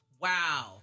Wow